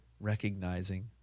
recognizing